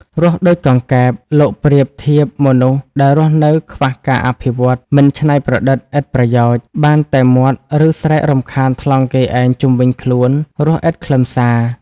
រស់ដូចកង្កែប លោកប្រៀបធៀបមនុស្សដែលរស់នៅខ្វះការអភិវឌ្ឍ មិនច្នៃប្រឌិត ឥតប្រយោជន៍ បានតែមាត់ឬស្រែករំខានថ្លង់គេឯងជុំវិញខ្លួន រស់ឥតខ្លឹមសារ។